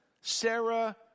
Sarah